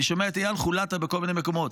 אני שומע את איל חולתא בכל מיני מקומות,